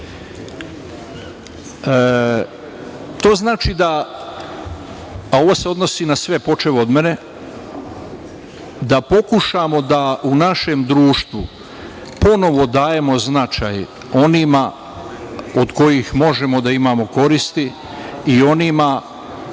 To znači da, a ovo se odnosni na sve, počev od mene, da pokušamo da u našem društvu ponovo dajemo značaj onima od kojih možemo da imamo koristi i onima